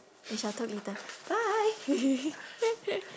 we shall talk later bye